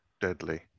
Deadly